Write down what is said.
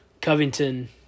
Covington